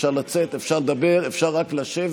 אפשר לצאת, אפשר לדבר, אפשר רק לשבת.